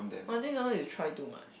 one thing don't know you try too much